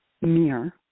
mirror